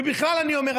ובכלל אני אומר,